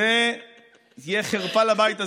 זו תהיה חרפה לבית הזה,